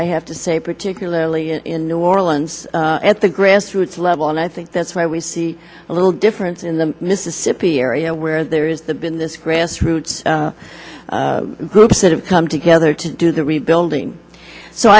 i have to say particularly in new orleans at the grassroots level and i think that's why we see a little difference in the mississippi area where there is the been this grassroots groups that have come together to do the rebuilding so